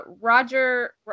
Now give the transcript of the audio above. Roger